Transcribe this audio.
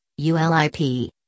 ULIP